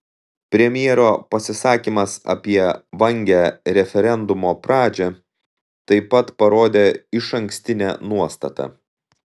premjero pasisakymas apie vangią referendumo pradžią taip pat parodė išankstinę nuostatą